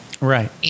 Right